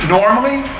Normally